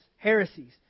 Heresies